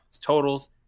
totals